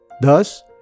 thus